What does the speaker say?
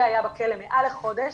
והוא היה בכלא מעל לחודש.